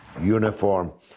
uniform